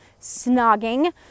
snogging